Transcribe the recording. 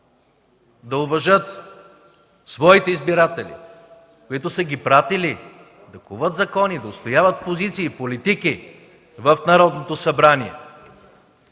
да уважат своите избиратели, които се ги пратили да коват закони, да отстояват позиции и политики в Народното събрание.